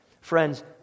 Friends